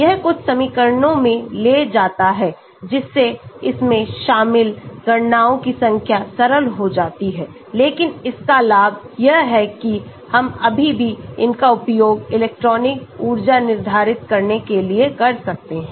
यह कुछ समीकरणों में ले जाता है जिससे इसमें शामिल गणनाओं की संख्या सरल हो जाती है लेकिन इसका लाभ यह है कि हम अभी भी इसका उपयोग इलेक्ट्रॉनिक ऊर्जा निर्धारित करने के लिए कर सकते हैं